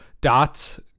dots